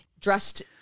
dressed